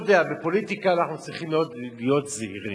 בפוליטיקה אנחנו צריכים להיות מאוד זהירים,